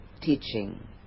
teaching